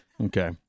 Okay